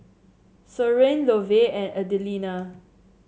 Soren Lovey and Adelina